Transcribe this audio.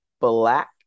Black